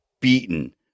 beaten